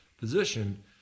position